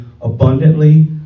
abundantly